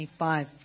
25